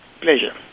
Pleasure